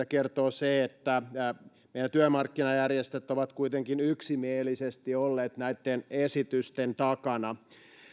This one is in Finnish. kertoo se että meidän työmarkkinajärjestöt ovat kuitenkin yksimielisesti olleet näitten esitysten takana